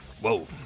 Whoa